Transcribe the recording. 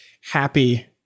happy